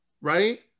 right